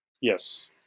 Yes